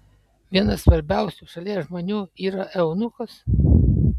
vienas svarbiausių šalies žmonių yra eunuchas